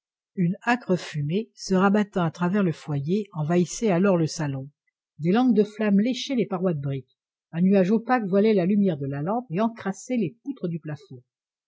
une âcre fumée se rabattant à travers le foyer envahissait alors le salon des langues de flammes léchaient les parois de brique un nuage opaque voilait la lumière de la lampe et encrassait les poutres du plafond